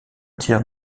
tiers